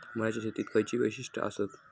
मळ्याच्या शेतीची खयची वैशिष्ठ आसत?